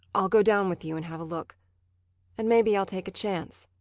i'll go down with you and have a look and maybe i'll take a chance.